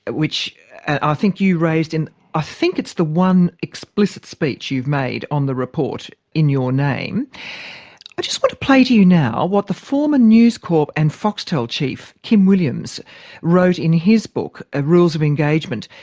but which and i think you raised in i ah think it's the one explicit speech you've made on the report in your name. i just want to play to you now what the former news corp. and foxtel chief kim williams wrote in his book ah rules of engagement,